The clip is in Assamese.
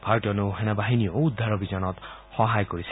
ভাৰতীয় নৌসেনা বাহিনীয়েও উদ্ধাৰ অভিযানত সহায় কৰিছে